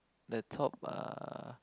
the top uh